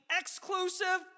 exclusive